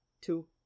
Two